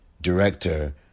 director